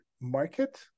market